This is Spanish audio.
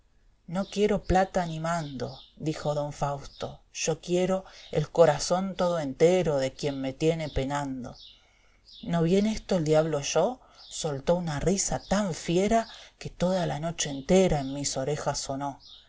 no quiero plata ni mando dijo don fausto yo quiero el corazón todo entero de quien me tiene penando no bien esto el diablo oyó soltó una risa tan fiera que toda la noche entera en mis orejas sonó dio